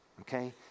okay